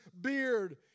beard